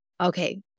Okay